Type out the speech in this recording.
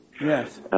Yes